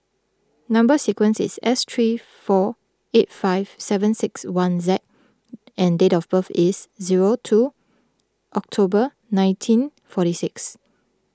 Number Sequence is S three four eight five seven six one Z and date of birth is zero two October nineteen forty six